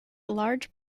large